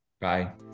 Bye